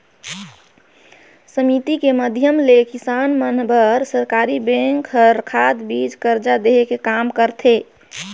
समिति के माधियम ले किसान मन बर सरकरी बेंक हर खाद, बीज, करजा देहे के काम करथे